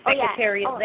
secretary